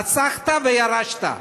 רצחת וירשת.